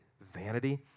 vanity